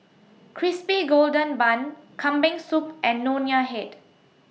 Crispy Golden Bun Kambing Soup and Nonya Head